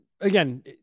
again